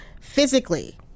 physically